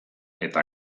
eta